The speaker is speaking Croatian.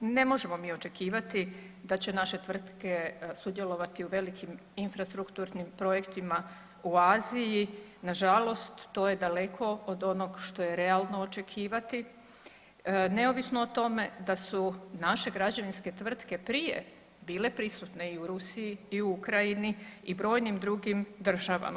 Ne možemo mi očekivati da će naše tvrtke sudjelovati u velikim infrastrukturnim projektima u Aziji, nažalost to je daleko od onog što je realno očekivati, neovisno o tome da su naše građevinske tvrtke prije bile prisutne i u Rusiji i u Ukrajini i brojnim drugim državama.